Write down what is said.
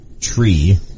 tree